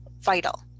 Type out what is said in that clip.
vital